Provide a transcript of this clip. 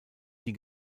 die